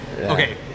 okay